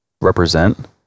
represent